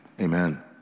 Amen